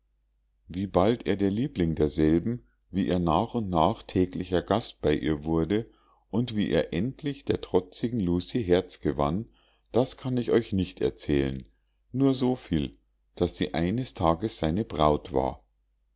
wie bald er der liebling derselben wie er nach und nach täglicher gast bei ihr wurde und wie er endlich der trotzigen lucie herz gewann das kann ich euch nicht erzählen nur so viel daß sie eines tages seine braut war